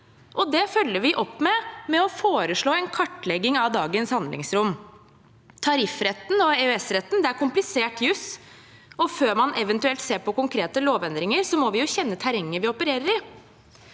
Det følger vi opp ved å foreslå en kartlegging av dagens handlingsrom. Tariffretten og EØS-retten er komplisert juss, og før man eventuelt ser på konkrete lovendringer, må vi jo kjenne terrenget vi opererer i.